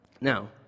Now